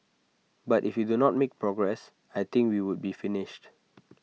but if you do not make progress I think we would be finished